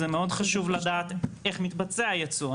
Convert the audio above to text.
זה מאוד חשוב לדעת איך מתבצע הייצוא.